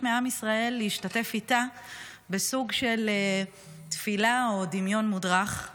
מעם ישראל להשתתף איתה בסוג של תפילה או דמיון מודרך.